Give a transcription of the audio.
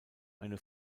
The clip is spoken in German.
eine